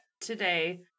today